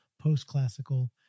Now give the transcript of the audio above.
post-classical